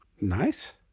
Nice